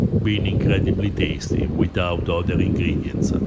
being incredibly tasty without other ingredients.